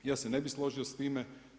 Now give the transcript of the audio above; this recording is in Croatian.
Ja se ne bih složio s time.